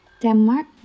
Denmark